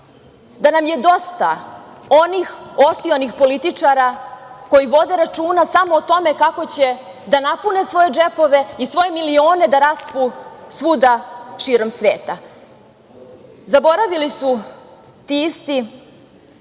Da nam je dosta onih osionih političara koji vode računa samo o tome kako će da napune svoje džepove i svoje milione da raspu svuda širom sveta. Zaboravili su, ti isti,